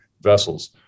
vessels